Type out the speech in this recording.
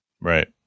Right